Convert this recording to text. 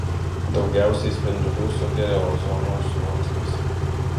daugiausiai spindulių sugeria ozono sluoksnis